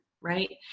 right